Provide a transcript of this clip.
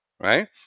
right